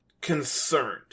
concerned